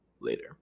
later